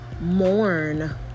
mourn